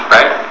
Right